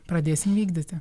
pradėsim vykdyti